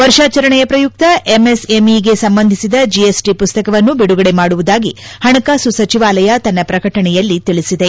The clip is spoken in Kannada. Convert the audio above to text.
ವರ್ಷಾಚರಣೆಯ ಪ್ರಯುಕ್ತ ಎಂಎಸ್ ಎಂಇಗೆ ಸಂಬಂಧಿಸಿದ ಜೆಎಸ್ಟಿ ಪುಸ್ತಕವನ್ನು ಬಿಡುಗಡೆ ಮಾಡುವುದಾಗಿ ಪಣಕಾಸು ಸಚಿವಾಲಯ ತನ್ನ ಪ್ರಕಟಣೆಯಲ್ಲಿ ತಿಳಿಸಿದೆ